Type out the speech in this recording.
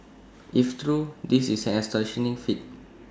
if true this is an astonishing feat